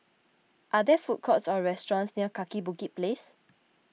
are there food courts or restaurants near Kaki Bukit Place